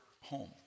home